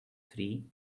three